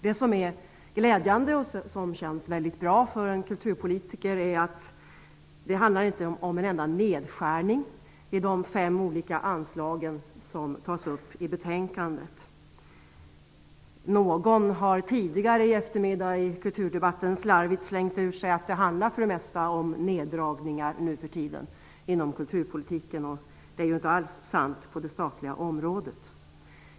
Det är glädjande och känns mycket bra för en kulturpolitiker att det inte handlar om en enda nedskärning i de fem anslag som tas upp i betänkandet. Någon har tidigare i eftermiddag under kulturdebatten slarvigt slängt ur sig att det nu för tiden för det mesta handlar om neddragningar inom kulturpolitiken, men det är inte alls sant när det gäller det statliga området.